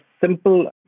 simple